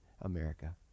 America